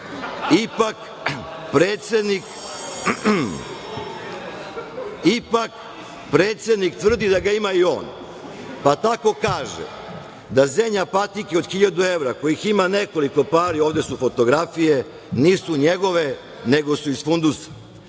predsednik tvrdi da ga ima i on, pa tako kaže da „Zenja“ patike od hiljadu evra, kojih ima nekoliko pari, ovde su fotografije, nisu njegove nego su iz fundusa,